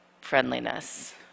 friendliness